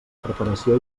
preparació